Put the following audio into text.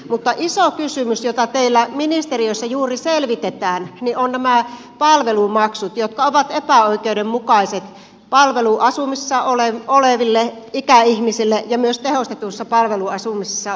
mutta iso kysymys jota teillä ministeriössä juuri selvitetään on nämä palvelumaksut jotka ovat epäoikeudenmukaiset palveluasumisessa oleville ikäihmisille ja myös tehostetussa palveluasumisessa oleville